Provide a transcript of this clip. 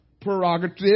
prerogative